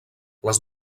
les